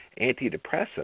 Antidepressants